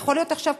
יכול להיות שעכשיו,